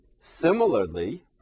similarly